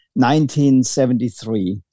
1973